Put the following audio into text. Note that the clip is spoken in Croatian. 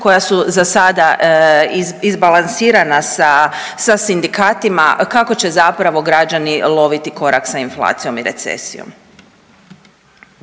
koja su zasada izbalansirana sa sindikatima, kako će zapravo građani loviti korak sa inflacijom i recesijom.